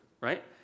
right